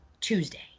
Tuesday